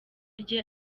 rye